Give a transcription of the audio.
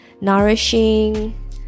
nourishing